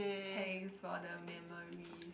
thanks for the memories